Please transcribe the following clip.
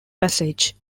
passage